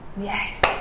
yes